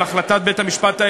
על החלטת בית-המשפט,